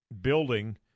building